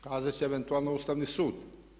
Kazati će eventualno Ustavni sud.